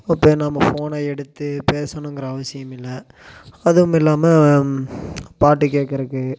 இப்போ நம்ம ஃபோனை எடுத்து பேசணுங்கிற அவசியம் இல்லை அதுவும் இல்லாமல் பாட்டு கேக்கறதுக்கு